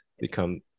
become